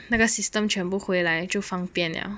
那个 system 全部回来就方便 liao